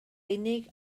unig